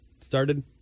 started